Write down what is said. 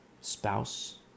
Spouse